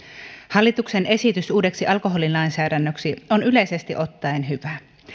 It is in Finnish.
hallituksen esitys uudeksi alkoholilainsäädännöksi on yleisesti ottaen hyvä